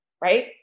right